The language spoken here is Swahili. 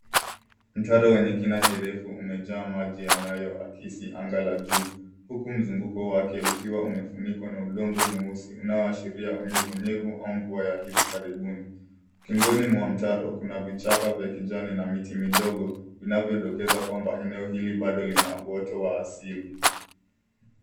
Mtaro wenye kina kirefu umejaa maji yanayoakisi anga la juu, huku mzunguko wake ukiwa umefunikwa na udongo mweusi unaoashiria unyevunyevu au mvua ya hivi karibuni. Ukingoni mwa mtaro kuna vichaka vya kijani na miti midogo, vinavyodokeza kwamba eneo hili bado lina uoto wa asili.